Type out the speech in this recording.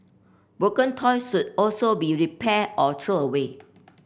broken toys should also be repaired or throw away